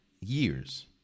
years